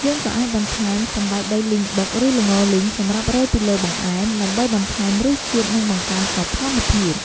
យើងក៏អាចបន្ថែម សណ្តែកដីលីងបុក ឬ ល្ងរលីង សម្រាប់រោយពីលើបង្អែម ដើម្បីបន្ថែមរសជាតិ និងបង្កើនសោភ័ណភាព។